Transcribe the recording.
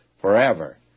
forever